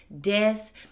death